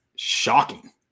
Shocking